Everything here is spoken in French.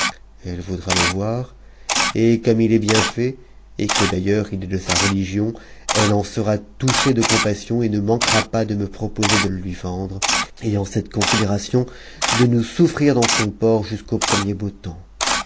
elle voudra le voir et comme il est bien fait et que d'ailleurs il est de sa religion elle en sera touchée de compassion et ne manquera pas de me proposer de le lui vendre et en cette considération de nous souffrir dans son port jusqu'au premier beau x mps